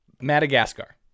Madagascar